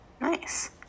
Nice